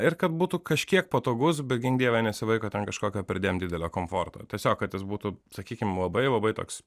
ir kad būtų kažkiek patogus be gink dieve nesivaiko ten kažkokio perdėm didelio komforto tiesiog kad tas būtų sakykim labai labai toks